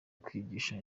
kwigisha